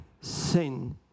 sin